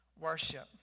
worship